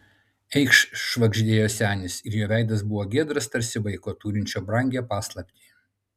eikš švagždėjo senis ir jo veidas buvo giedras tarsi vaiko turinčio brangią paslaptį